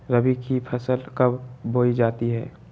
रबी की फसल कब बोई जाती है?